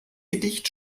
gedicht